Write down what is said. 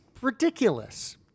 ridiculous